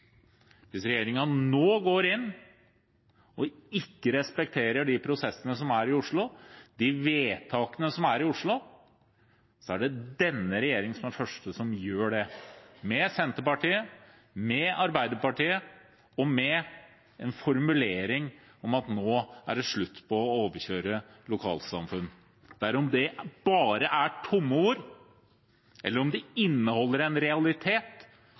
Hvis regjeringen nå går inn og ikke respekterer de prosessene som er i Oslo, de vedtakene som er i Oslo, er det denne regjeringen som er den første som gjør det – med Senterpartiet, med Arbeiderpartiet, og med en formulering om at nå er det slutt på å overkjøre lokalsamfunn. Det er om det bare er tomme ord eller om det inneholder en realitet,